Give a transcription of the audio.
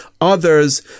others